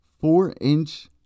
four-inch